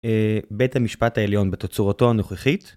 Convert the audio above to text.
בית המשפט העליון בתצורתו הנוכחית.